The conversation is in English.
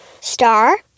star